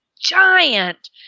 giant